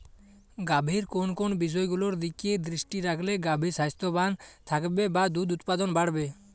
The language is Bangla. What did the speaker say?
গাভীর কোন কোন বিষয়গুলোর দিকে দৃষ্টি রাখলে গাভী স্বাস্থ্যবান থাকবে বা দুধ উৎপাদন বাড়বে?